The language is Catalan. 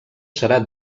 serà